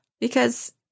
Because-